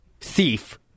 Thief